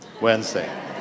Wednesday